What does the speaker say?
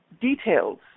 details